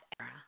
era